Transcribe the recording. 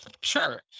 Sure